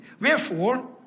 Wherefore